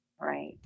Right